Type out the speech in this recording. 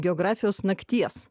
geografijos nakties